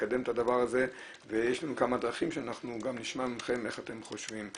לקדם את הדבר הזה ויש לנו כמה דרכים שאנחנו גם נשמע מכם איך אתם חושבים.